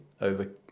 over